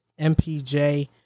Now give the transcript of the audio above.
MPJ